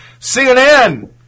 CNN